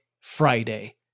Friday